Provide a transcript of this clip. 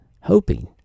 hoping